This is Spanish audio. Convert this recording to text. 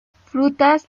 frutas